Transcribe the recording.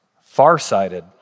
farsighted